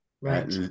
Right